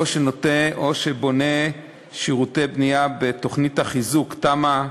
או שנותן שירותי בנייה בתוכנית החיזוק תמ"א 38,